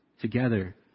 together